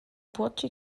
burj